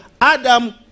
Adam